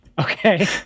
Okay